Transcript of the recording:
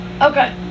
Okay